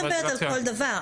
אני לא מדברת על כל דבר,